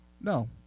No